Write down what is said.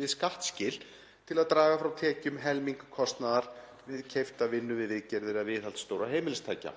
við skattskil til að draga frá tekjum helming kostnaðar við keypta vinnu við viðgerðir eða viðhald stórra heimilistækja.